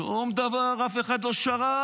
שום דבר, אף אחד לא שרק.